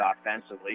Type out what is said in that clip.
offensively